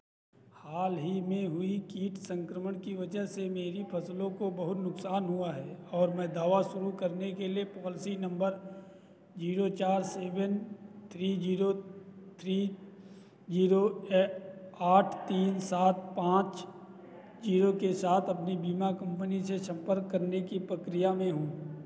हाल ही में हुई कीट संक्रमण की वजह से मेरी फसलों को बहुत नुकसान हुआ है और मैं दावा शुरू करने के लिए पॉलिसी नंबर ज़ीरो चार seven three zero three zero आठ तीन सात पाँच ज़ीरो के साथ अपनी बीमा कंपनी से संपर्क करने की पक्रिया में हूँ